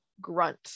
grunt